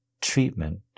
treatment